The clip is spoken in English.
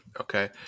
Okay